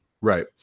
Right